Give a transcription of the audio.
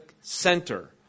center